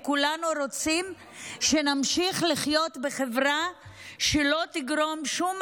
וכולנו רוצים להמשיך לחיות בחברה שלא תגרום שום